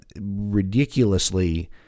ridiculously